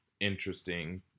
interesting